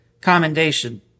commendation